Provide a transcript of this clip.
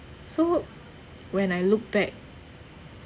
so when I look back